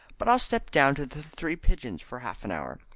but i'll step down to the three pigeons for half an hour.